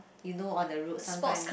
you know on the road some time